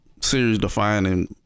series-defining